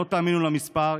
לא תאמינו למספר,